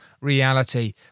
reality